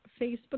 Facebook